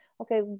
okay